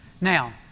Now